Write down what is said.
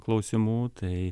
klausimų tai